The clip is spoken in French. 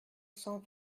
cent